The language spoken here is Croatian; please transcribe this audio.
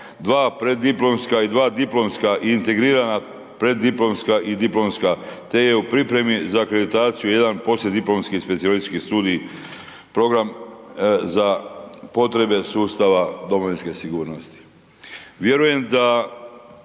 2 preddiplomska i 2 diplomska integrirana, preddiplomska i diplomska te je u pripremi za akreditaciju jedan poslijediplomski specijalistički studij program za potrebe sustava domovinske sigurnosti. Vjerujem da